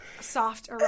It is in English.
soft